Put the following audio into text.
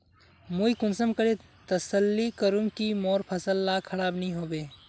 मुई कुंसम करे तसल्ली करूम की मोर फसल ला खराब नी होबे?